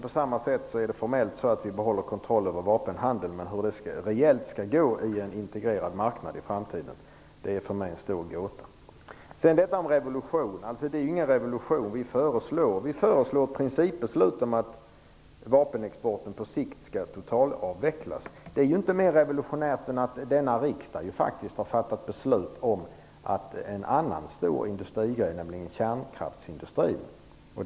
På samma sätt behåller vi formellt kontrollen över vapenhandeln. Men hur det reellt skall fungera i en integrerad marknad i framtiden är för mig en stor gåta. När det sedan gäller detta med revolution, så är det ingen revolution vi föreslår. Vi föreslår principbeslut om att vapenexporten på sikt skall totalavvecklas. Det är ju inte mer revolutionärt än att denna riksdag ju faktiskt har fattat beslut om att en annan stor industri, nämligen kärnkraftsindustrin, skall avvecklas.